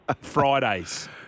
Fridays